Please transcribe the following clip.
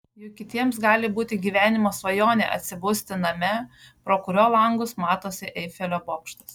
juk kitiems gali būti gyvenimo svajonė atsibusti name pro kurio langus matosi eifelio bokštas